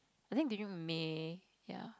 I think you may ya